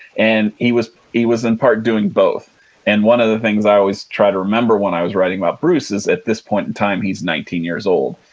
and he was he was in part doing both and one of the things i always try to remember when i was writing about bruce, is that at this point and time, he's nineteen years old.